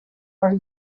are